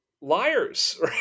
liars